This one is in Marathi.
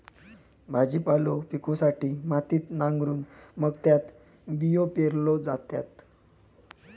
भाजीपालो पिकवूसाठी मातीत नांगरून मग त्यात बियो पेरल्यो जातत